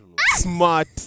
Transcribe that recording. smart